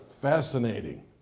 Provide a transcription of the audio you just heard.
fascinating